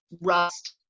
rust